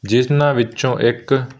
ਜਿਹਨਾਂ ਵਿੱਚੋਂ ਇੱਕ